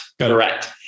Correct